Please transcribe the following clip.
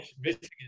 Michigan